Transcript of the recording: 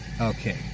okay